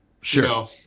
Sure